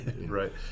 Right